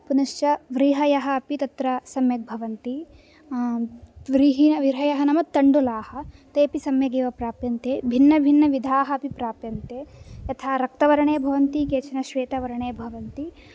पुनश्च व्रीहयः अपि तत्र सम्यक् भवन्ति व्रीहि व्रीहयः नाम तण्डुलाः तेपि सम्यगेव प्राप्यन्ते भिन्नभिन्नविधाः अपि प्राप्यन्ते तथा रक्तवर्णे भवन्ति केचन श्वेतवर्णे भवन्ति